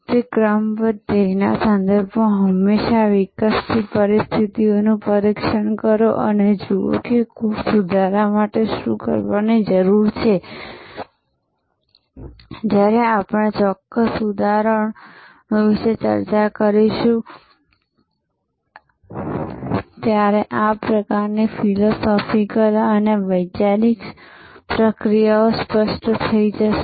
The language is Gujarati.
તે ક્રમબદ્ધ ધ્યેયના સંદર્ભમાં હંમેશા વિકસતી પરિસ્થિતિનું પરીક્ષણ કરો અને જુઓ કે કોર્સ સુધારો માટે શું કરવાની જરૂર છે જ્યારે આપણે અમુક ચોક્કસ ઉદાહરણો વિશે ચર્ચા કરીશું ત્યારે આ પ્રકારની ફિલોસોફિકલ અને વૈચારિક પ્રક્રિયાઓ સ્પષ્ટ થઈ જશે